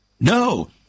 No